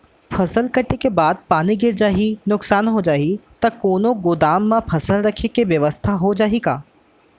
फसल कटे के बाद पानी गिर जाही, नुकसान हो जाही त कोनो गोदाम म फसल रखे के बेवस्था हो जाही का?